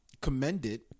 commended